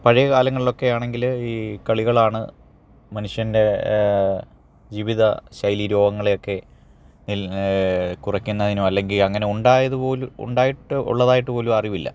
പഴയ കാലങ്ങളിലൊക്കെയാണെങ്കില് ഈ കളികളാണ് മനുഷ്യൻ്റെ ജീവിത ശൈലീ രോഗങ്ങളെയൊക്കെ കുറയ്ക്കുന്നതിനോ അല്ലെങ്കില് അങ്ങനെ ഉണ്ടായിട്ട് ഉള്ളതായിട്ടുപോലും അറിവില്ല